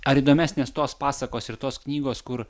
ar įdomesnės tos pasakos ir tos knygos kur